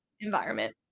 environment